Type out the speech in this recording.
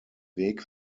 weg